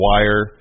Wire